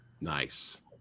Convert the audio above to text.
Nice